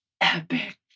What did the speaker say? epic